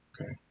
Okay